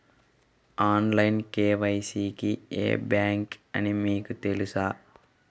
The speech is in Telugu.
ఆన్లైన్ కే.వై.సి కి ఏ బ్యాంక్ అని మీకు తెలుసా?